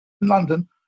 london